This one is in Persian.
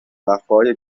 وقفههای